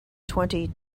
twenty